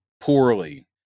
poorly